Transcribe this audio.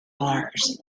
mars